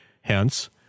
Hence